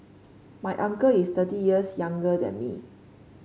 my uncle is thirty years younger than me